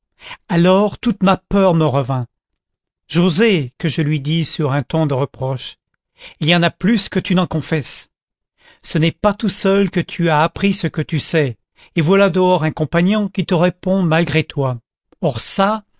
alors toute ma peur me revint joset que je lui dis sur un ton de reproche il y en a plus que tu n'en confesses ce n'est pas tout seul que tu as appris ce que tu sais et voilà dehors un compagnon qui te répond malgré toi or çà